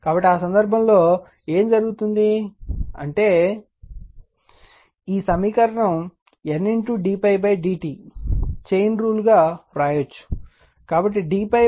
కాబట్టి ఆ సందర్భంలో ఏమి జరుగుతుంది అంటే ఈ సమీకరణం ఈ N d ∅ d t chain rule గా వ్రాయవచ్చు